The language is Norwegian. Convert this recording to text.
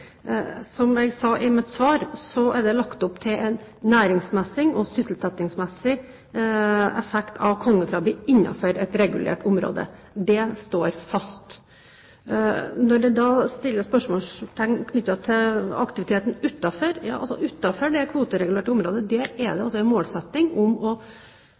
Som jeg sa i mitt svar, er det lagt opp til en næringsmessig og sysselsettingsmessig effekt av kongekrabbe innenfor et regulert område. Det står fast. Når det stilles spørsmål knyttet til aktiviteten utenfor det kvoteregulerte området, så er det der en målsetting om i hvert fall å